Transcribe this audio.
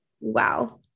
Wow